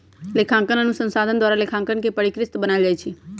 लेखांकन अनुसंधान द्वारा लेखांकन के परिष्कृत बनायल जाइ छइ